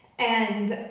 and